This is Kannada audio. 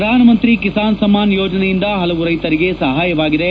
ಪ್ರಧಾನಮಂತ್ರಿ ಕಿಸಾನ್ ಸಮ್ನಾನ್ ಯೋಜನೆಯಿಂದ ಪಲವು ರೈತರಿಗೆ ಸಹಾಯವಾಗಿದೆ